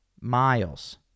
miles